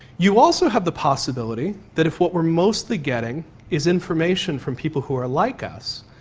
you also have the possibility that if what we're mostly getting is information from people who are like us,